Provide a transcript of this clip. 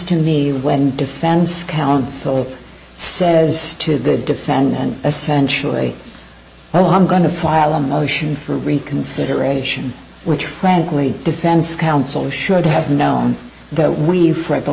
that when defense counsel says to the defendant essentially well i'm going to file a motion for reconsideration which frankly defense counsel should have known that we you for the